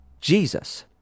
Jesus